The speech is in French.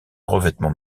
revêtement